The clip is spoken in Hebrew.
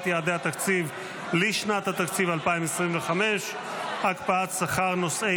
יעדי התקציב לשנת התקציב 2025) (הקפאת שכר נושאי